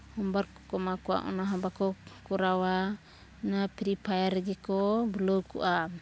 homework ᱠᱚᱠᱚ ᱮᱢᱟ ᱠᱚᱣᱟ ᱚᱱᱟᱦᱚᱸ ᱵᱟᱠᱚ ᱠᱚᱨᱟᱣᱟ ᱚᱱᱟ ᱯᱷᱨᱤ ᱯᱷᱟᱭᱟᱨ ᱨᱮᱜᱮᱠᱚ ᱵᱩᱞᱟᱹᱣ ᱠᱚᱜᱼᱟ